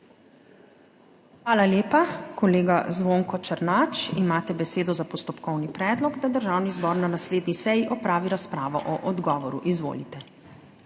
Hvala lepa. Kolega Zvonko Černač, imate besedo za postopkovni predlog, da Državni zbor na naslednji seji opravi razpravo o odgovoru. Izvolite.